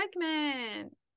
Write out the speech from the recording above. segment